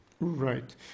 right